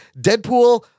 Deadpool